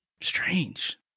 Strange